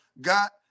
got